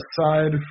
aside